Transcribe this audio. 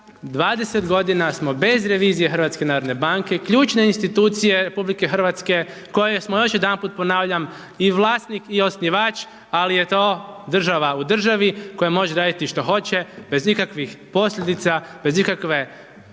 20 godina smo bez revizije HNB-a ključne institucije RH kojoj smo, još jedanput ponavljam, i vlasnik i osnivač, ali je to država u državi koja može raditi što hoće bez ikakvih posljedica, bez ikakve prave